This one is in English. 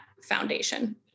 foundation